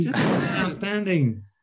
Outstanding